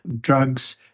drugs